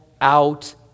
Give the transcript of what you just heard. out